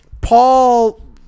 Paul